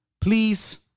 please